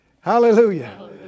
Hallelujah